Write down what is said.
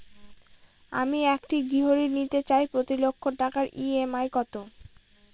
আমি একটি গৃহঋণ নিতে চাই প্রতি লক্ষ টাকার ই.এম.আই কত?